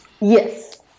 Yes